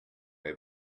been